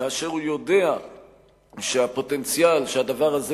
כאשר הוא יודע שהפוטנציאל שהדבר הזה